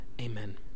Amen